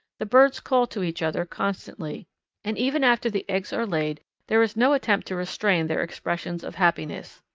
the birds call to each other constantly and even after the eggs are laid there is no attempt to restrain their expressions of happiness.